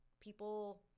People